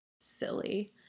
silly